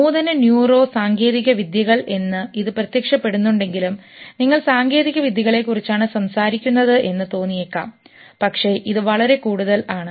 നൂതന ന്യൂറോ സാങ്കേതികവിദ്യകൾ എന്ന് ഇത് പ്രത്യക്ഷപ്പെടുന്നുണ്ടെങ്കിലും നിങ്ങൾ സാങ്കേതികവിദ്യകളെക്കുറിച്ചാണ് സംസാരിക്കുന്നതെന്ന് തോന്നിയേക്കാം പക്ഷേ ഇത് വളരെ വളരെ കൂടുതലാണ്